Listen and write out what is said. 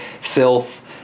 filth